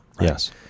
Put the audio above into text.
yes